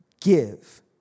give